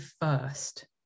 first